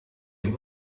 ein